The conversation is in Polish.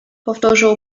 powtórzył